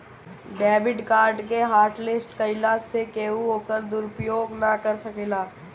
debit card के हॉटलिस्ट कईला से केहू ओकर दुरूपयोग ना कर सकेला